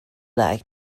like